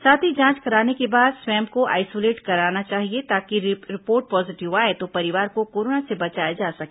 साथ ही जांच कराने के बाद स्वयं को आइसोलेट करना चाहिए ताकि रिपोर्ट पॉजीटिव आए तो परिवार को कोरोना से बचाया जा सके